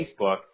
Facebook